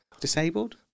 Disabled